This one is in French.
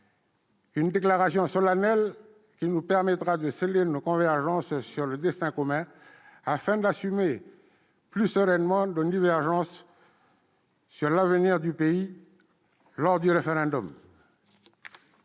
Une déclaration qui nous permettrait de sceller nos convergences sur le destin commun, afin d'assumer plus sereinement nos divergences sur l'avenir du pays lors de